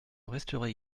resterai